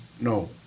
No